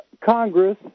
Congress